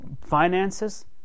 finances